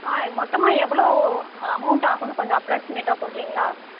ஆ மொத்தமாக எவ்வளோ அமெளண்ட்டாகுன்னு கொஞ்சம் அப்ராக்ஸ்சிமேட்டாக சொல்கிறிங்ளா